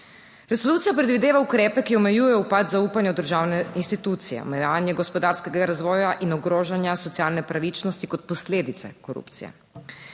Resolucija predvideva ukrepe, ki omejujejo upad zaupanja v državne institucije, omejevanje gospodarskega razvoja in ogrožanja socialne pravičnosti kot posledice korupcije.